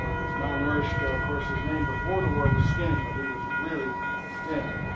was malnourished. of course his name before the war was skinny, but he was really thin.